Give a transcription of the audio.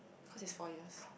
cause is four years